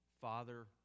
Father